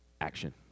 Action